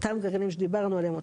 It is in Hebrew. אותם גרעינים שדיברנו עליהם,